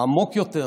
העמוק יותר,